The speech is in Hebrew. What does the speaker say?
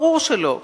ברור שלא,